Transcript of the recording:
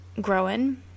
growing